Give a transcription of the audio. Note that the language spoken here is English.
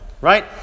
right